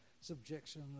subjection